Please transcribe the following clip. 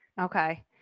Okay